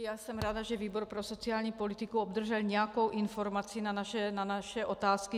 Já jsem ráda, že výbor pro sociální politiku obdržel nějakou informaci na naše otázky.